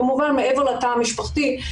כמובן מעבר לתא המשפחתי,